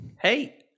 Hey